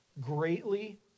greatly